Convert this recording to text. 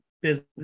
business